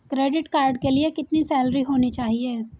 Credit card के लिए कितनी सैलरी होनी चाहिए?